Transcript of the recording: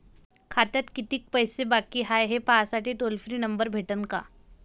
खात्यात कितीकं पैसे बाकी हाय, हे पाहासाठी टोल फ्री नंबर भेटन का?